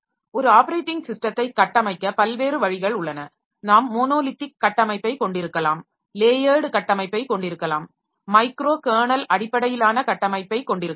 ஒரு ஆப்பரேட்டிங் ஸிஸ்டத்தை கட்டமைக்க பல்வேறு வழிகள் உள்ளன நாம் மோனோலித்திக் கட்டமைப்பைக் கொண்டிருக்கலாம் லேயர்ட் கட்டமைப்பைக் கொண்டிருக்கலாம் மைக்ரோ கெர்னல் அடிப்படையிலான கட்டமைப்பை கொண்டிருக்கலாம்